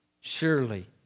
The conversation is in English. Surely